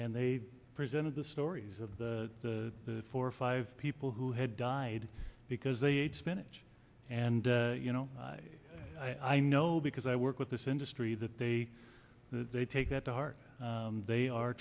and they presented the stories of the four or five people who had died because they ate spinach and you know i know because i work with this industry that they they take that to heart they are